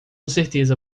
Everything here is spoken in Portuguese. certeza